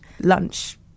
lunch